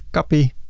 copy